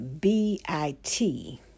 B-I-T